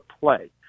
play